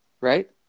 Right